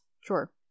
Sure